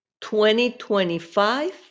2025